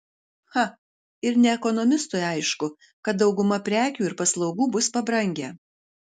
cha ir ne ekonomistui aišku kad dauguma prekių ir paslaugų bus pabrangę